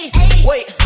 Wait